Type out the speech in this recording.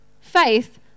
faith